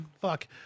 Fuck